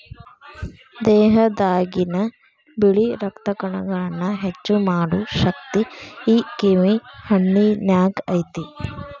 ದೇಹದಾಗಿನ ಬಿಳಿ ರಕ್ತ ಕಣಗಳನ್ನಾ ಹೆಚ್ಚು ಮಾಡು ಶಕ್ತಿ ಈ ಕಿವಿ ಹಣ್ಣಿನ್ಯಾಗ ಐತಿ